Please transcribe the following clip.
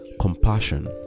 compassion